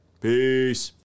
Peace